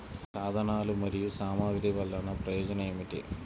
సాధనాలు మరియు సామగ్రి వల్లన ప్రయోజనం ఏమిటీ?